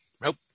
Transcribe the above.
Nope